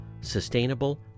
sustainable